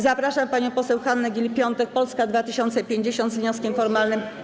Zapraszam panią poseł Hannę Gill-Piątek, Polska 2050, z wnioskiem formalnym.